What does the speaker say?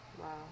Wow